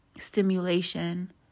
Stimulation